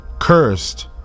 Cursed